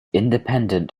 independent